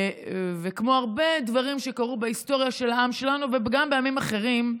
וכמו הרבה דברים שקרו בהיסטוריה של העם שלנו וגם בעמים אחרים,